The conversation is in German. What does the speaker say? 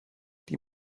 die